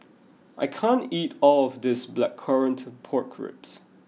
I can't eat all of this Blackcurrant Pork Ribs